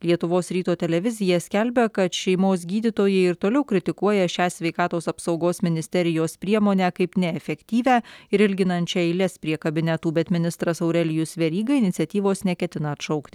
lietuvos ryto televizija skelbia kad šeimos gydytojai ir toliau kritikuoja šią sveikatos apsaugos ministerijos priemonę kaip neefektyvią ir ilginančią eiles prie kabinetų bet ministras aurelijus veryga iniciatyvos neketina atšaukti